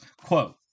Quote